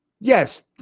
yes